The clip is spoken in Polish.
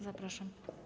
Zapraszam.